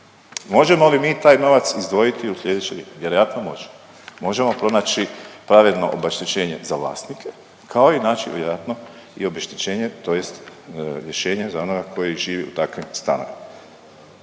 Možemo li mi taj novac izdvojiti u slijedećoj, vjerojatno možemo, možemo pronaći pravedno obeštećenje za vlasnike kao i naći vjerojatno i obeštećenje tj. rješenje za onoga koji živi u takvim stanovima.